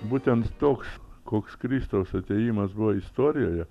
būtent toks koks kristaus atėjimas buvo istorijoje